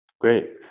Great